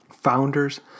founders